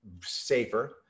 safer